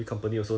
ya